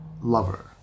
lover